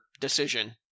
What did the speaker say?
decision